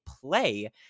play